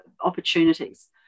opportunities